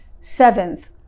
Seventh